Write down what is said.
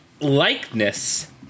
likeness